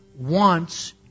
wants